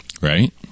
right